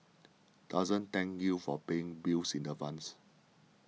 doesn't thank you for paying bills in advance